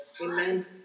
Amen